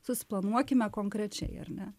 susiplanuokime konkrečiai ar ne